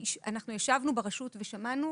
ישבנו ברשות ושמענו